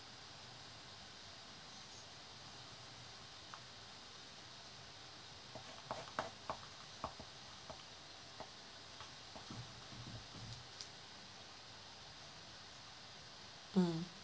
mm